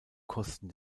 kosten